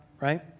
right